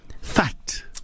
fact